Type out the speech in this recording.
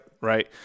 Right